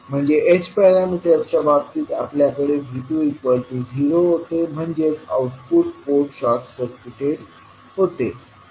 म्हणजे h पॅरामीटर्सच्या बाबतीत आपल्याकडे V20 होते म्हणजे आउटपुट पोर्ट शॉर्ट सर्किटेड होते